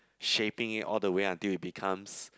shaping it all the way until it becomes